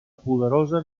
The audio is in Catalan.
poderosa